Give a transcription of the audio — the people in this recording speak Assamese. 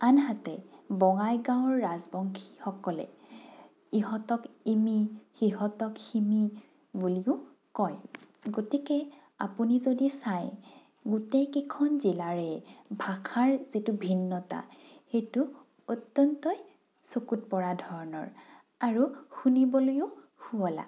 আনহাতে বঙাইগাঁৱৰ ৰাজবংশীসকলে ইহঁতক ইমি সিহঁতক সিমি বুলিও কয় গতিকে আপুনি যদি চায় গোটেইকেইখন জিলাৰে ভাষাৰ যিটো ভিন্নতা সেইটো অত্যন্তই চকুত পৰা ধৰণৰ আৰু শুনিবলৈয়ো শুৱলা